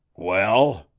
well,